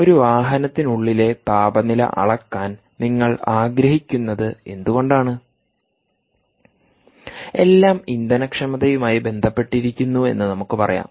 ഒരു വാഹനത്തിനുള്ളിലെ താപനില അളക്കാൻ നിങ്ങൾ ആഗ്രഹിക്കുന്നത് എന്തുകൊണ്ടാണ് എല്ലാം ഇന്ധനക്ഷമതയുമായി ബന്ധപ്പെട്ടിരിക്കുന്നുവെന്ന് നമുക്ക് പറയാം